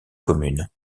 commune